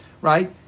right